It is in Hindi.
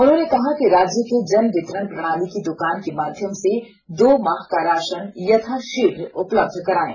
उन्होंने ने कहा कि राज्य के जनवितरण प्रणाली की द्कान के माध्यम से दो माह का राशन यथाशीघ्र उपलब्ध कराएं